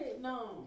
No